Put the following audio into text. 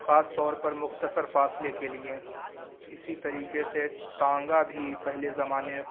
خاص طور پر مختصر فاصلے کے لیے اسی طریقے سے ٹانگا بھی پہلے زمانے میں